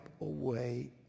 away